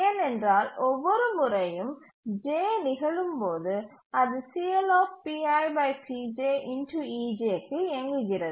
ஏனென்றால் ஒவ்வொரு முறையும் j நிகழும் போது அது க்கு இயங்குகிறது